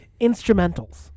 instrumentals